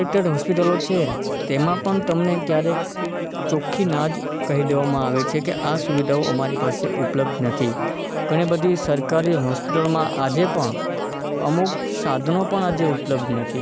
જે સીલેક્ટેડ હૉસ્પિટલો છે તેમાં પણ તમને ક્યારેક ચોખ્ખી ના જ કહી દેવામાં આવે છે કે આ સુવિધાઓ અમારી પાસે ઉપલબ્ધ નથી ઘણી બધી સરકારી હૉસ્પિટલોમાં આજે પણ અમુક સાધનો પણ આજે ઉપલબ્ધ નથી